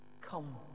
come